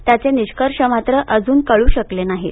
त्याचे निष्कर्ष मात्र अजून कळू शकले नाहीत